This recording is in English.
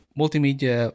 multimedia